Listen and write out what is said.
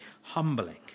humbling